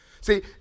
See